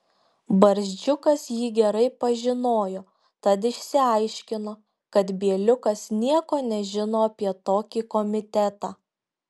barzdžiukas jį gerai pažinojo tad išsiaiškino kad bieliukas nieko nežino apie tokį komitetą